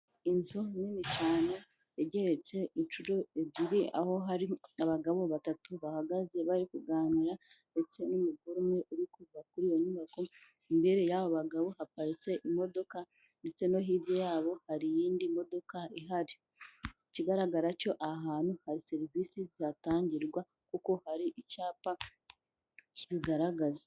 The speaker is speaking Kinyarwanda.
Inzu nini cyane igeretse inshuro ebyiri, aho hari abagabo batatu bahagaze bari kuganira ndetse n'umugore umwe uri kuva kuri iyo nyubako, imbere y'aba bagabo haparitse imodoka ndetse no hirya yabo hari iyindi modoka ihari, ikigaragara cyo aha hantu hari serivisi zatangirwa kuko hari icyapa kibigaragaza.